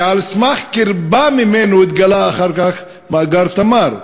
ועל סמך קרבה אליו התגלה אחר כך מאגר "תמר".